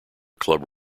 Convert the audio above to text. club